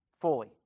Fully